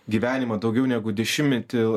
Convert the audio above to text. gyvenimą daugiau negu dešimtmetį